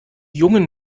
jungen